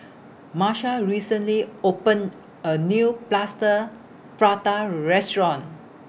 Marsha recently opened A New Plaster Prata Restaurant